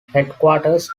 headquarters